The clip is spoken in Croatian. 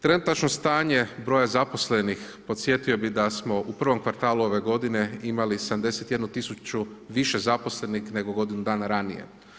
Trenutačno stanje broja zaposlenih, podsjetio bih da smo u prvom kvartalu ove godine imali 71 tisuću više zaposlenih nego godinu dana ranije.